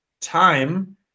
time